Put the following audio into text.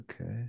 Okay